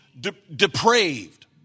depraved